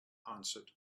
answered